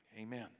amen